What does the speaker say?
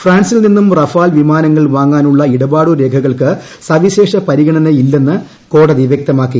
ഫ്രാൻസിൽ നിന്നും റഫാൽ വിമാനങ്ങൾ വാങ്ങാനുള്ള ഇടപാടുരേഖകൾക്ക് സവിശേഷ പരിഗണനയില്ലെന്ന് കോടതി വൃക്തമാക്കി